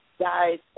guys